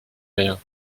rien